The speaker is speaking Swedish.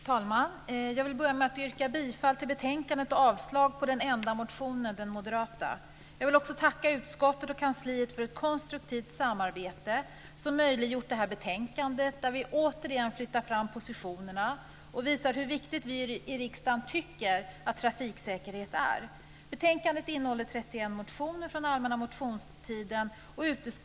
Fru talman! Jag vill börja med att yrka bifall till förslaget i betänkandet och avslag på den enda motionen - den moderata. Jag vill också tacka utskottet och kansliet för ett konstruktivt samarbete som har möjliggjort det här betänkandet där vi återigen flyttar fram positionerna och visar hur viktigt vi i riksdagen tycker att det är med trafiksäkerhet.